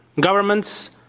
governments